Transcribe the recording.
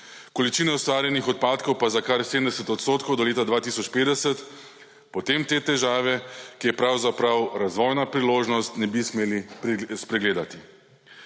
količine ustvarjenih odpadkov pa za kar 70 odstotkov do leta 2050, potem te težave, ki je pravzaprav razvojna priložnost, ne bi smeli spregledati.